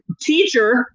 teacher